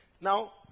Now